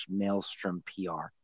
maelstrompr